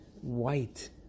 white